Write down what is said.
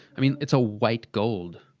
i mean. it's a white gold